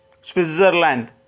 Switzerland